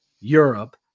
Europe